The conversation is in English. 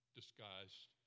disguised